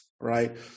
right